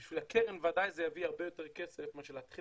בשביל הקרן זה בוודאי יביא הרבה יותר כסף מאשר שנתחיל